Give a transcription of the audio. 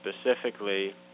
specifically